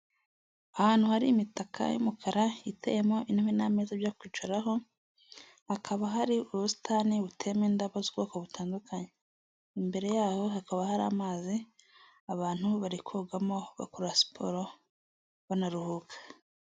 Ahantu hari imitaka y'umukara iteyemo intebe n'amezaza byo kwicaraho, hakaba hari ubusitani buteyemo indabo z'ubwoko butandukanye, imbere yaho hakaba hari amazi abantu bari kogamo bakora siporo banaruhuka.